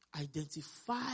Identify